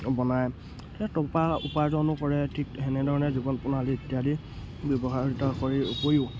বনায় সেই টকা উপাৰ্জনো কৰে ঠিক তেনেধৰণে জীৱন প্ৰণালী ইত্যাদি ব্যৱহৃত কৰি উপৰিও